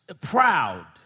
proud